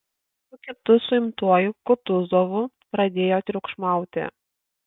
su kitu suimtuoju kutuzovu pradėjo triukšmauti